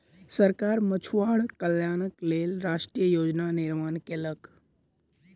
सरकार मछुआरा कल्याणक लेल राष्ट्रीय योजना निर्माण कयलक